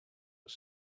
was